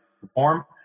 perform